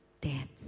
death